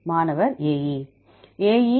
மாணவர் AE